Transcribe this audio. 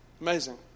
Amazing